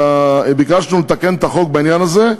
וביקשנו לתקן את החוק בעניין הזה.